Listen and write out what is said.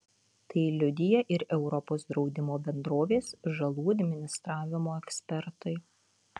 tai liudija ir europos draudimo bendrovės žalų administravimo ekspertai